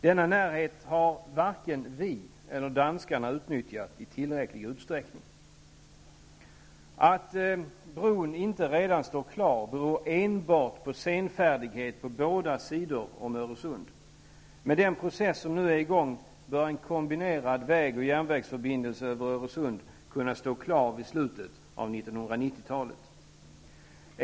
Denna närhet har varken vi eller danskarna utnyttjat i tillräcklig utsträckning. Att bron inte redan står klar beror enbart på senfärdighet på båda sidor om Öresund. Med den process som nu är i gång bör en kombinerad vägoch järnvägsförbindelse över Öresund kunna stå klar i slutet av 1990-talet.